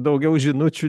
daugiau žinučių